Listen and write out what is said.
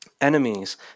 enemies